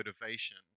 motivation